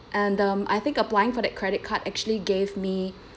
and um I think applying for that credit card actually gave me